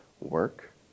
work